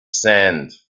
sand